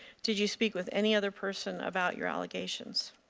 did you speak with any other person about your allegations?